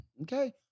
Okay